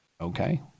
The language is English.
Okay